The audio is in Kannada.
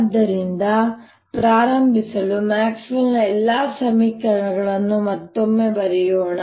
ಆದ್ದರಿಂದ ಪ್ರಾರಂಭಿಸಲು ಮ್ಯಾಕ್ಸ್ವೆಲ್ನ ಎಲ್ಲಾ ಸಮೀಕರಣಗಳನ್ನು ಮತ್ತೊಮ್ಮೆ ಬರೆಯೋಣ